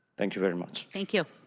thank you, very much. thank you.